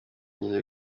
nko